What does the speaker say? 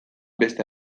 beste